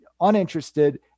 uninterested